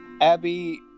Abby